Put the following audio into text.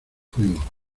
fuimos